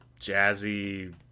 jazzy